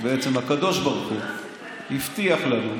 שהקדוש ברוך הוא הבטיח לנו,